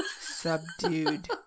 Subdued